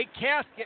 casket